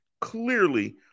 clearly